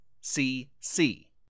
C-C